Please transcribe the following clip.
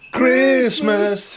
Christmas